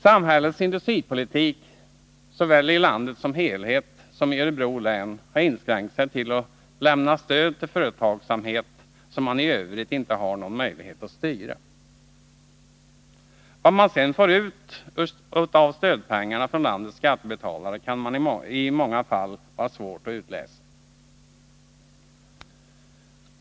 Samhällets industripolitik, såväl i landet som helhet som i Örebro län, har inskränkt sig till att lämna stöd till företagsamhet som man i övrigt inte har någon möjlighet att styra. Vad man sedan får ut av stödpengarna från landets skattebetalare kan i många fall vara svårt att utläsa.